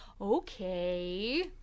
Okay